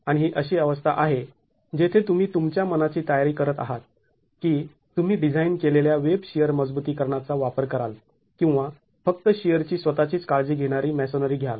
आणि ही अशी अवस्था आहे जेथे तुम्ही तुमच्या मनाची तयारी करत आहात की तुम्ही डिझाईन केलेल्या वेब शिअर रिइन्फोर्समेंट चा वापर कराल किंवा फक्त शिअरची स्वतःचीच काळजी घेणारी मॅसोनरी घ्याल